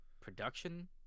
production